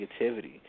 negativity